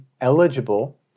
eligible